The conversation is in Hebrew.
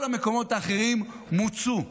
כל המקומות האחרים מוצו.